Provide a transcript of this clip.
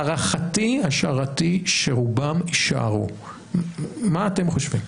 הערכתי, השערתי, שרובם יישארו, מה אתם חושבים?